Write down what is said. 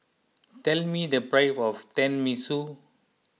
tell me the price of Tenmusu